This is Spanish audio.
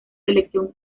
selección